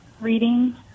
reading